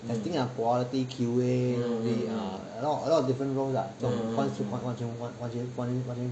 testing lah quality Q_A a lot of different roles lah 完全完全完全完全